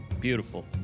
Beautiful